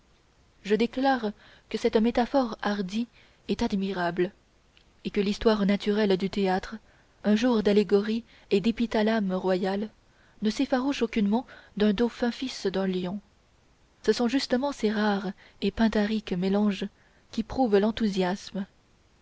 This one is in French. je déclare que cette métaphore hardie est admirable et que l'histoire naturelle du théâtre un jour d'allégorie et d'épithalame royal ne s'effarouche aucunement d'un dauphin fils d'un lion ce sont justement ces rares et pindariques mélanges qui prouvent l'enthousiasme